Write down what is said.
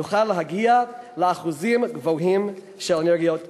נוכל להגיע לאחוזים גבוהים של אנרגיות נקיות.